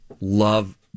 Love